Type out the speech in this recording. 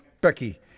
Becky